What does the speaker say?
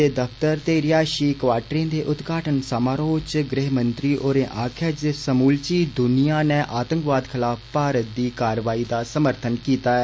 दे दफतर ते रिहायषी क्वार्टरें दे उदघाटन समारोह च गृहमंत्री होरें आक्खेआ जे समूलची दुनिया नै आतंकवाद खलाफ भारत दी कारवाई दा समर्थन कीता ऐ